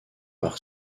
par